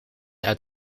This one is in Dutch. uit